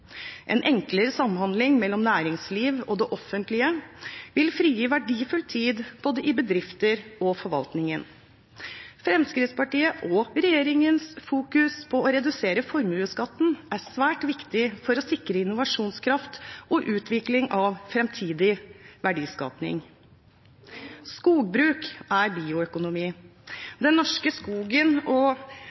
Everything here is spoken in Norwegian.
En enklere samhandling mellom næringsliv og det offentlige vil frigi verdifull tid både i bedrifter og i forvaltningen. Fremskrittspartiets og regjeringens fokus på å redusere formuesskatten er svært viktig for å sikre innovasjonskraft og utvikling av fremtidig verdiskaping. Skogbruk er bioøkonomi. Den norske skogen